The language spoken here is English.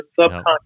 subconscious